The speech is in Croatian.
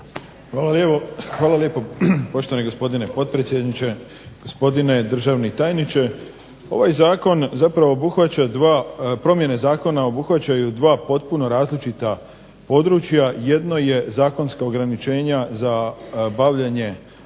Hvala lijepo poštovani gospodine potpredsjedniče, gospodine državni tajniče. Ovaj zakon zapravo obuhvaća dva, promjene zakona obuhvaćaju dva potpuno različita područja. Jedno je zakonska ograničenja za bavljenje